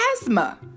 asthma